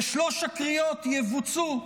ושלוש הקריאות יבוצעו